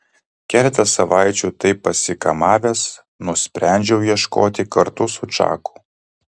keletą savaičių taip pasikamavęs nusprendžiau ieškoti kartu su čaku